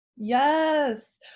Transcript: Yes